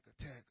attack